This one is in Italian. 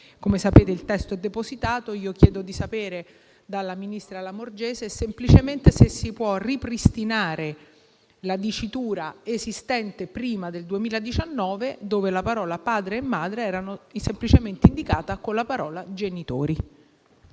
Come sapete, il testo è depositato e io chiedo di sapere dal ministro Lamorgese semplicemente se si può ripristinare la dicitura esistente prima del 2019, quando le parole: «padre e madre» erano semplicemente indicate con la parola: «genitori».